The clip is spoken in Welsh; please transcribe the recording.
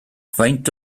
faint